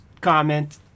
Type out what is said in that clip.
comment